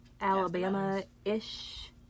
Alabama-ish